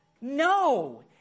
no